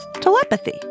Telepathy